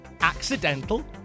Accidental